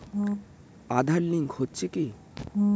Aadhaar link হচ্ছে কি?